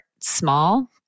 small